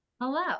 Hello